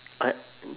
I